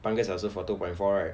半个小时 for two point four right